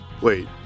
Wait